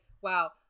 wow